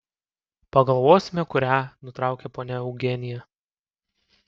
pagalvosime kurią nutraukė ponia eugenija